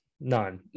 None